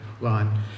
Line